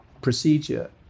procedure